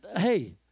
Hey